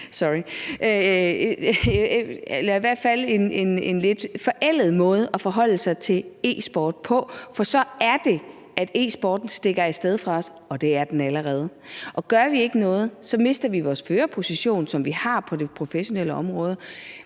eller i hvert fald en lidt forældet måde at forholde sig til e-sport på. For så er det, at e-sporten stikker af fra os – og det har den allerede gjort. Gør vi ikke noget, mister vi den førerposition, som vi har på det professionelle område.